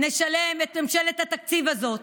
נשלם את ממשלת התקציב הזאת,